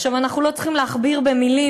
עכשיו, אנחנו לא צריכים להכביר מילים